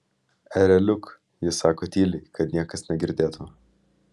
ereliuk ji sako tyliai kad niekas negirdėtų